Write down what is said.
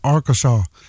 Arkansas